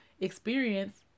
experience